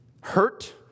hurt